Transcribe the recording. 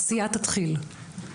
עשייה תתחיל.